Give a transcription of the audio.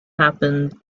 happen